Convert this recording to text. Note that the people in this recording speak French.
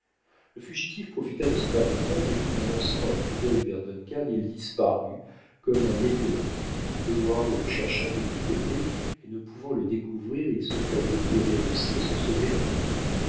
le fugitif profita de cet avantage et tout en lançant un coup d'œil vers duncan il disparut comme un météore heyward le chercha de tous côtés et ne pouvant le découvrir il se flattait qu'il avait réussi à se sauver dans les bois